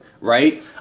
right